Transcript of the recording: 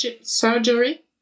Surgery